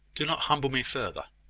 do not humble me further.